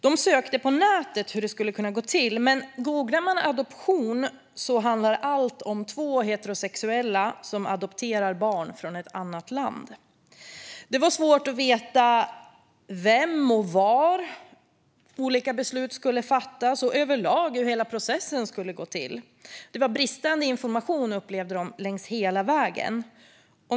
De sökte på nätet efter hur det skulle kunna gå till, men när man googlar adoption handlar allt om två heterosexuella som adopterar ett barn från ett annat land. Det var svårt att veta av vem och var olika beslut skulle fattas och hur hela processen går till överlag. De upplevde att informationen var bristande hela vägen.